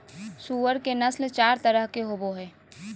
सूअर के नस्ल चार तरह के होवो हइ